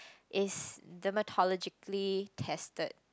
is dermatologically tested